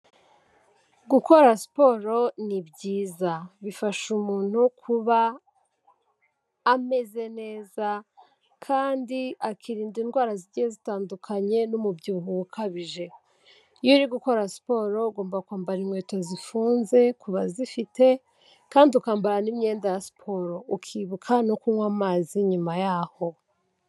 ukora siporo ni byiza. Bifasha umuntu kuba ameze neza, kandi akirinda indwara zigiye zitandukanye n'umubyibuho ukabije. Iyo uri gukora siporo ugomba kwambara inkweto zifunze ku bazifite, kandi ukambara n' imiyenda ya siporo. Ukibuka no kunywa amazi nyuma yaho.